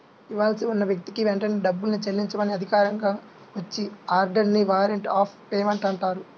ఇవ్వాల్సి ఉన్న వ్యక్తికి వెంటనే డబ్బుని చెల్లించమని అధికారికంగా వచ్చే ఆర్డర్ ని వారెంట్ ఆఫ్ పేమెంట్ అంటారు